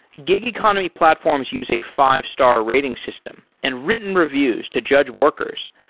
gig economy platforms use a five star rating system and written reviews to judge workers.